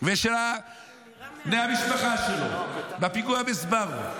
ושל בני המשפחה שלו בפיגוע בסבארו,